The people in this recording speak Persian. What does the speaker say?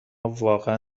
واقعا